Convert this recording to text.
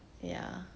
ya